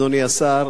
אדוני השר,